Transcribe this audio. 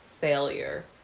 failure